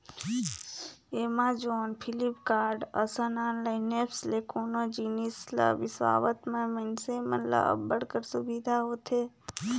Amazon, Flipkart, असन online apps ले कोनो जिनिस ल बिसावत म मइनसे मन ल अब्बड़ कर सुबिधा होथे